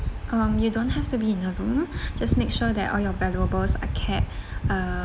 um you don't have to be in the room just make sure that all your valuables are kept uh